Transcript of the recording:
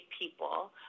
people